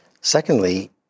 Secondly